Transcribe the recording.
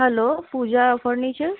हलो Puja furniture